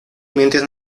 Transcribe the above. mientras